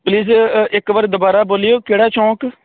please ਇੱਕ ਵਾਰੀ ਦੁਬਾਰਾ ਬੋਲੀਓ ਕਿਹੜਾ ਚੋਂਕ